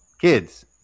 Kids